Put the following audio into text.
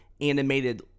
animated